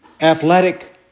athletic